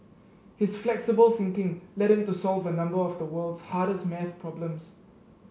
his flexible thinking led him to solve a number of the world's hardest math problems